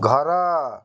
ଘର